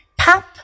Pop